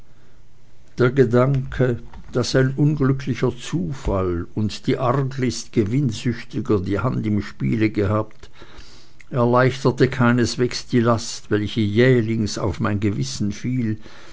der gedanke daß unglücklicher zufall und die arglist gewinnsüchtiger die hand im spiele gehabt erleichterte keineswegs die last welche jählings auf mein gewissen fiel